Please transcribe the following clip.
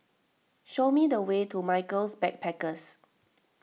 show me the way to Michaels Backpackers